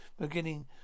beginning